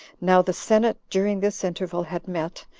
now the senate, during this interval, had met,